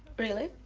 really?